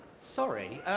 sorry.